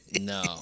No